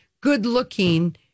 good-looking